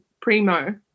primo